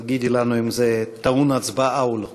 תגידי לנו אם זה טעון הצבעה או לא.